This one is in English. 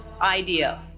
idea